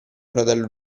fratello